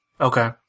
Okay